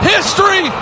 History